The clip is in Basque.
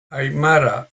aimara